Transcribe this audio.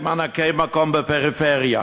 מענקי מקום בפריפריה,